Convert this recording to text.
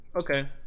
Okay